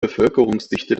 bevölkerungsdichte